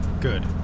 Good